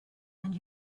and